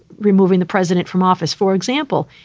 removing the president from office. for example,